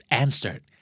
answered